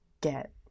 get